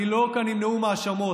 אני לא כאן עם נאום האשמות.